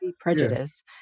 prejudice